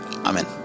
Amen